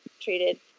treated